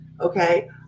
Okay